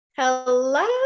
Hello